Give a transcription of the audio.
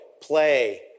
play